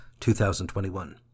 2021